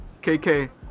KK